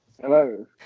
Hello